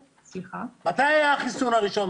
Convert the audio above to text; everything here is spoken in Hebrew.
מתי היה החיסון הראשון?